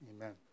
Amen